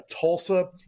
Tulsa